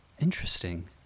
Interesting